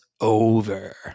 over